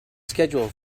schedule